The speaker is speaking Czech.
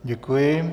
Děkuji.